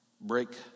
break